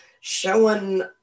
showing